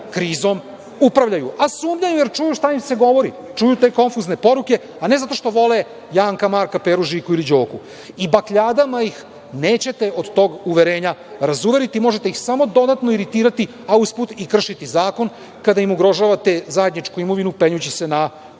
krizom upravljaju, a sumnjaju jer čuju šta im se govori, čuju te konfuzne poruke, a ne zato što vole Janka, Marka, Peru, Žiku ili Đoku. I bakljadama ih nećete od tog uverenja razuveriti. Možete ih samo dodatno iritirati, a usput i kršiti zakon kada im ugrožavate zajedničku imovinu penjući se na